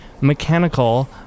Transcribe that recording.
mechanical